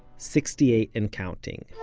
sixty-eight and counting.